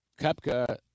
Kepka